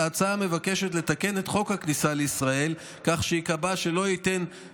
ההצעה מבקשת לתקן את חוק הכניסה לישראל כך שייקבע שלא תינתן